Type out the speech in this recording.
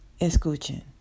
escuchen